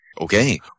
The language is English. Okay